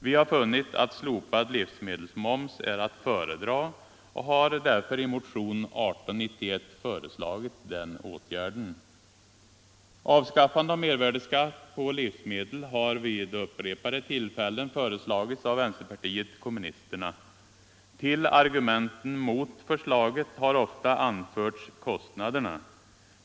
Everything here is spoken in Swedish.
Vi har funnit att slopad livsmedelsmoms är att föredra och har därför i motionen 1891 föreslagit den åtgärden. Avskaffande av mervärdeskatt på livsmedel har vid upprepade tillfällen föreslagits av vänsterpartiet kommunisterna. Till argumenten mot förslaget har ofta anförts kostnaderna.